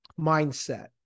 mindset